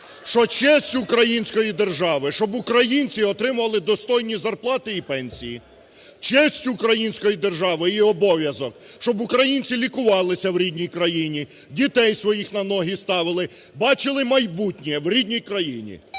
Що честь української держави – щоб українці отримували достойні зарплати і пенсії. Честь української держави і обов'язок – щоб українці лікувалися в рідній країні, дітей своїх на ноги ставили, бачили майбутнє в рідній країні.